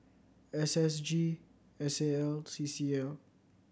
S S G S A L C C L